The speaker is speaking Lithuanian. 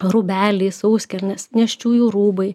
rūbeliai sauskelnės nėščiųjų rūbai